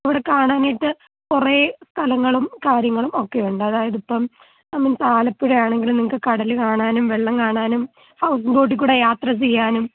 ഇവിടെ കാണാനായിട്ട് കുറെ സ്ഥലങ്ങളും കാര്യങ്ങളും ഒക്കെ ഉണ്ട് അതായത് ഇപ്പം മീൻസ് ആലപ്പുഴയാണെങ്കിലും നിങ്ങൾക്ക് കടൽ കാണാനും വെള്ളം കാണാനും ഹൗസ് ബോട്ടിക്കൂടെ യാത്ര ചെയ്യാനും